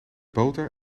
boter